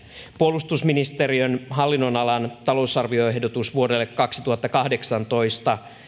puolustusministeriön hallinnonalan talousarvioehdotus vuodelle kaksituhattakahdeksantoista